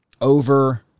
over